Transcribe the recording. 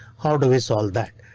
how do we solve that?